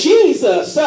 Jesus